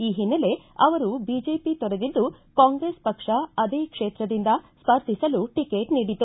ಈ ಹಿನ್ನೆಲೆ ಅವರು ಬಿಜೆಪಿ ತೊರೆದಿದ್ದು ಕಾಂಗ್ರೆಸ್ ಪಕ್ಷ ಅದೇ ಕ್ಷೇತ್ರದಿಂದ ಸ್ಪರ್ಧಿಸಲು ಟಿಕೆಟ್ ನೀಡಿದೆ